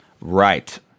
Right